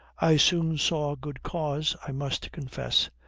i soon saw good cause, i must confess,